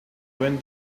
when